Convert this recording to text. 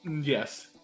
yes